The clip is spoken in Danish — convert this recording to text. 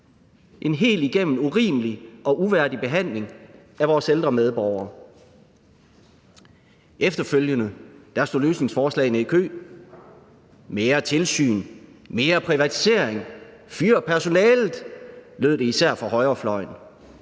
en helt igennem urimelig og uværdig behandling af vores ældre medborgere. Efterfølgende stod løsningsforslagene i kø. Mere tilsyn, mere privatisering, fyr personalet, lød det især fra højrefløjen.